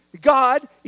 God